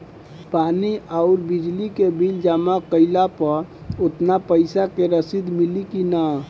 पानी आउरबिजली के बिल जमा कईला पर उतना पईसा के रसिद मिली की न?